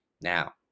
Now